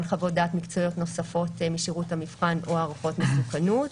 חוות דעת מקצועיות נוספות משירות המבחן או הערכות מסוכנות.